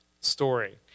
story